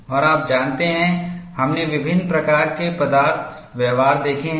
और आप जानते हैं हमने विभिन्न प्रकार के पदार्थ व्यवहार देखे हैं